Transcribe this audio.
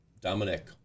Dominic